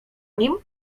nim